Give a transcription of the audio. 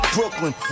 Brooklyn